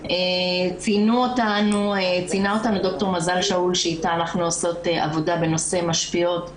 ציינה אותנו ד"ר מזל שאול שאיתה אנחנו עושות עבודה בנושא משפיעות,